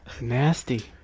Nasty